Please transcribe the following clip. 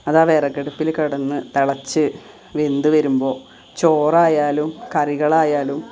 അതാ വിറകടുപ്പിൽ കിടന്ന് തിളച്ച് വെന്തുവരുമ്പോൾ ചോറായാലും കറികളായാലും